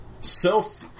self